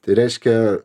tai reiškia